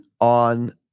on